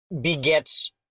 begets